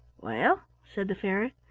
well, said the fairy,